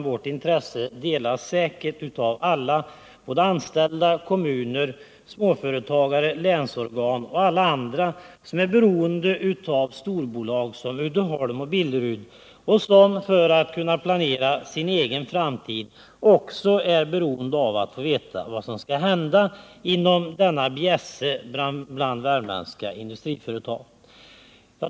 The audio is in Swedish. Vårt intresse delas säkert av anställda, kommuner, småföretagare, länsorgan och alla andra som är beroende av storbolag som Billerud-Uddeholm AB och som för att kunna planera sin egen framtid behöver få veta vad som skall hända inom denna bjässe bland värmländska industriföretag.